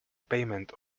payment